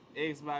Xbox